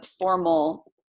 formal